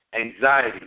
anxiety